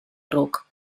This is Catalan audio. ruc